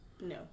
No